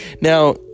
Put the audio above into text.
Now